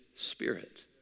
spirit